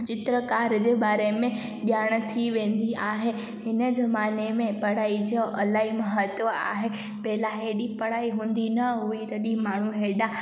चित्रकार जे बारे में ॼाण थी वेंदी आहे हिन ज़माने में पढ़ाई जो इलाही महत्वु आहे पहिला हेॾी पढ़ाई हूंदी न हुई तॾहिं माण्हू हेॾा